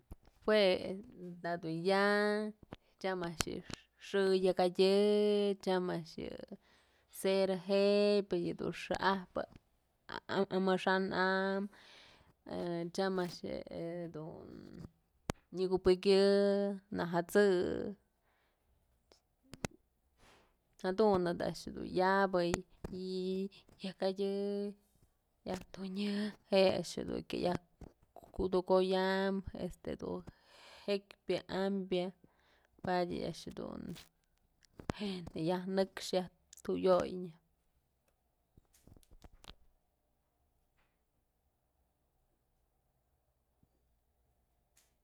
Juë da dun ya, tyam a'ax yë xë yak jadyë, tyam a'ax yë cera jebyë yëdun xa'axjpë amaxa'an tyam a'ax jedun nyëkubëkyë najësë'ë jadun da dun yabë yakatyë yajtunyë je'e a'ax jedun kya yajkudoyam jedun jekpyë ambyë padyë a'ax yëdun yaj nëkx yaj tuyoynë.